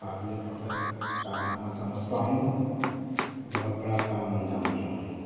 قابل فخر کا کارنامہ سمجھتا ہوں بہت بڑا کام انجام دیا میں